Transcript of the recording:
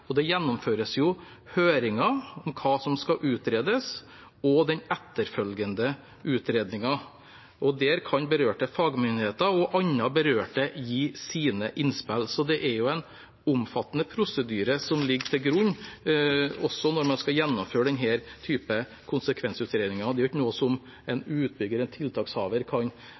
Det gjennomføres høringer om hva som skal utredes, og om den etterfølgende utredningen. Der kan berørte fagmyndigheter og andre berørte gi sine innspill. Det er altså en omfattende prosedyre som ligger til grunn, også når man skal gjennomføre denne typen konsekvensutredninger. Det er ikke noe som en utbygger eller tiltakshaver bare kan